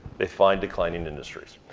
they find declining industries.